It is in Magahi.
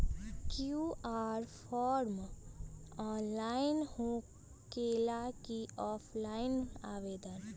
कियु.आर फॉर्म ऑनलाइन होकेला कि ऑफ़ लाइन आवेदन?